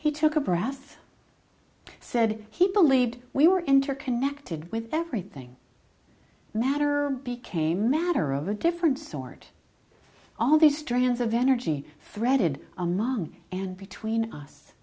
he took a brass said he believed we were interconnected with everything matter became matter of a different sort all these strands of energy threaded among and between us